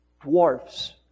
dwarfs